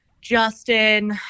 Justin